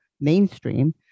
mainstream